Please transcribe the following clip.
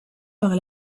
par